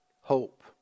hope